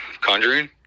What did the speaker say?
Conjuring